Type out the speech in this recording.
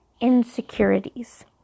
insecurities